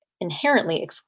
inherently